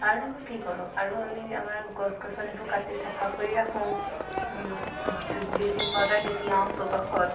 আৰু কি কৰো আৰু আমি আমাৰ গছ গছনিবোৰ কাটি চফা কৰি ৰাখো ব্লিচিং পাউডাৰ ছিটিয়াওঁ চৌপাশত